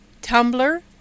Tumblr